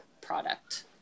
product